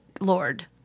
lord